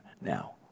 now